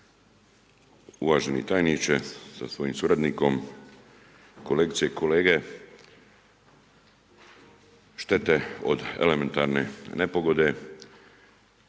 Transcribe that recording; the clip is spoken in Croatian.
Uvaženi tajniče sa svojim suradnikom, kolegice i kolege. Štete od elementarne nepogode